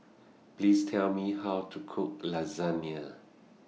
Please Tell Me How to Cook Lasagne